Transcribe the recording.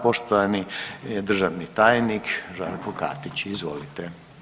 Poštovani državni tajnik Žarko Katić, izvolite.